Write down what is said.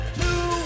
two